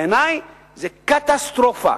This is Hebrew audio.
בעיני זה קטסטרופה.